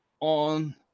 on